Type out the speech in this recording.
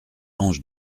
ange